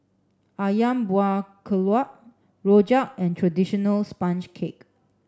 ayam buah keluak rojak and traditional sponge cake